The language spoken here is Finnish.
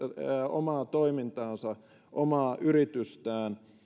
omaa toimintaansa omaa yritystään